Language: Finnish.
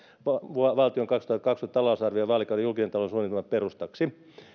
valtion kaksituhattakaksikymmentä talousarvion ja vaalikauden julkisen talouden suunnitelman perustaksi